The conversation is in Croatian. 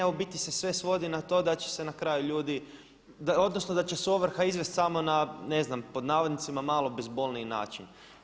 U biti se sve svodi na to da će se na kraju ljudi, odnosno da će se ovrha izvest samo na ne znam pod navodnicima malo bezbolniji način.